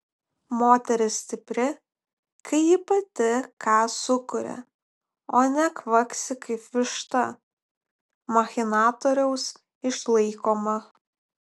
moteris stipri kai ji pati ką sukuria o ne kvaksi kaip višta machinatoriaus išlaikoma